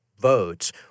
votes